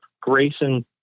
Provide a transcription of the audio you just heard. Grayson